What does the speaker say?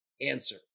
answer